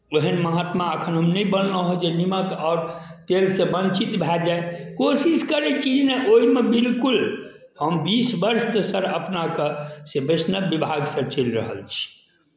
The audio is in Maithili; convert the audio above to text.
ओहन महात्मा एखन हम नहि बनलहुँ हेँ जे निमक आओर तेलसँ वञ्चित भए जाय कोशिश करै छी ओहिमे बिलकुल हम बीस वर्षसँ सर अपनाकेँ से वैष्णव विभागसँ चलि रहल छी